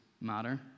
matter